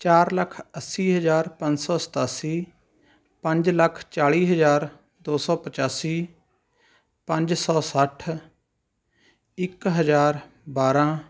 ਚਾਰ ਲੱਖ ਅੱਸੀ ਹਜ਼ਾਰ ਪੰਜ ਸੌ ਸਤਾਸੀ ਪੰਜ ਲੱਖ ਚਾਲ੍ਹੀ ਹਜ਼ਾਰ ਦੋ ਸੌ ਪਚਾਸੀ ਪੰਜ ਸੌ ਸੱਠ ਇੱਕ ਹਜ਼ਾਰ ਬਾਰ੍ਹਾਂ